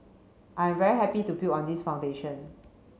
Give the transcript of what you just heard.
I am very happy to build on this foundation